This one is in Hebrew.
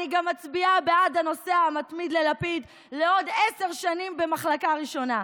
אני גם מצביעה בעד הנוסע המתמיד ללפיד לעוד עשר שנים במחלקה הראשונה.